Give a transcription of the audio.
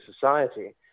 society